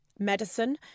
medicine